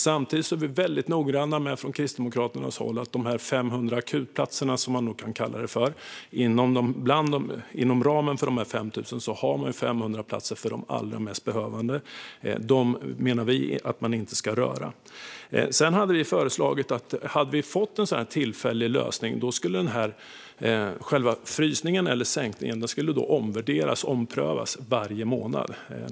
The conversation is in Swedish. Samtidigt är Kristdemokraterna väldigt noggranna med att de 500 akutplatserna för de allra mest behövande, inom ramen för de 5 000, inte ska röras. Om det hade blivit en sådan här tillfällig lösning skulle vi ha föreslagit att denna frysning omprövades varje månad.